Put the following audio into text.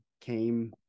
came